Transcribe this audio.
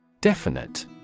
Definite